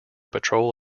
patrol